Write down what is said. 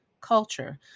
culture